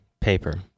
paper